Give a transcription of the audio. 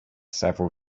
several